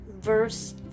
verse